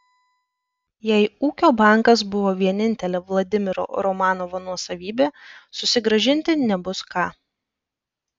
jei ūkio bankas buvo vienintelė vladimiro romanovo nuosavybė susigrąžinti nebus ką